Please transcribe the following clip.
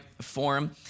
Forum